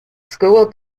school